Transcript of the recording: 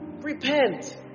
Repent